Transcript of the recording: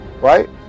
right